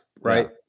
right